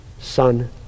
Son